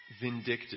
vindictive